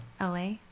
LA